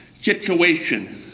situation